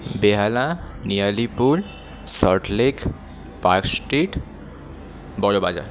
Behala New Alipore Salt Lake Park Street Burrabazar